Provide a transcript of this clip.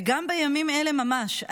וגם בימים אלה ממש,